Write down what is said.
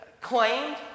claimed